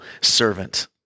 servant